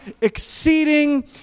exceeding